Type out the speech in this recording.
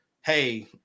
hey